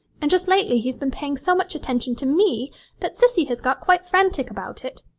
and just lately he's been paying so much attention to me that cissy has got quite frantic about it.